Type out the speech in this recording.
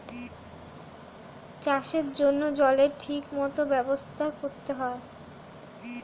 চাষের জন্য জলের ঠিক মত ব্যবস্থা করতে হয়